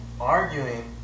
arguing